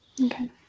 Okay